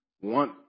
want